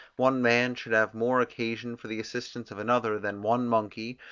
one man should have more occasion for the assistance of another, than one monkey,